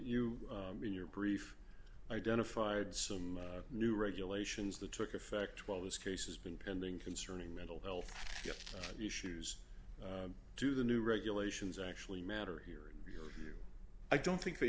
dooley in your brief identified some new regulations that took effect while this case has been pending concerning mental health issues do the new regulations actually matter here and i don't think they